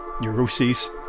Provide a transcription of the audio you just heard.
neuroses